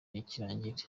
nikirangira